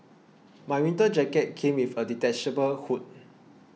my winter jacket came with a detachable hood